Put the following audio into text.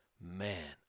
Man